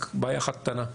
רק בעיה אחת קטנה,